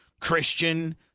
Christian